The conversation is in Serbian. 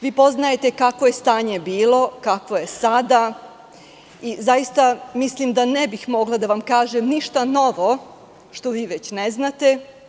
Vi poznajete kakvo je stanje bilo, kakvo je sada i zaista mislim da ne bih mogla da vam kažem ništa novo što vi već ne znate.